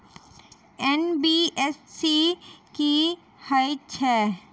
NBFC की हएत छै?